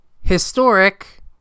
Historic